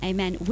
Amen